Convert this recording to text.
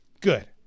Good